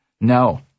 No